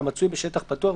המצוי בשטח פתוח,